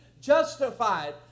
justified